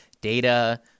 Data